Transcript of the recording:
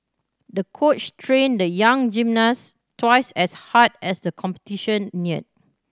the coach trained the young gymnast twice as hard as the competition neared